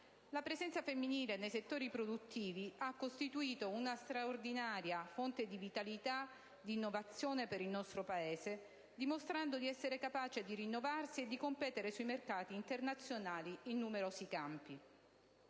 La presenza femminile nei settori produttivi ha costituito una straordinaria fonte di vitalità e di innovazione per l'Italia, dimostrando di essere capace di rinnovarsi e di competere sui mercati internazionali in numerosi campi.